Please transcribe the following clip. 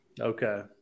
Okay